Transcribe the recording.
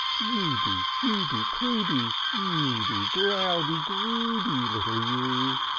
yewdy, fewdy, crudy, yewdy, growdy, grewdy, little yew!